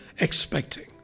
expecting